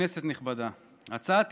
אדוני השר,